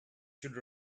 should